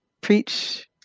preach